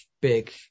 big